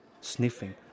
sniffing